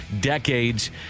decades